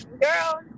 Girl